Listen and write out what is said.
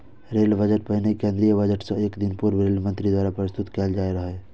rail budget पहिने केंद्रीय budget सं एक दिन पूर्व रेल मंत्री द्वारा प्रस्तुत कैल जाइत रहै